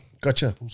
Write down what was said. Gotcha